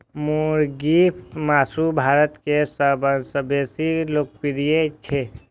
मुर्गीक मासु भारत मे सबसं बेसी लोकप्रिय छै